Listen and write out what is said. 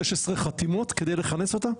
16 חתימות כדי לכנס אותה?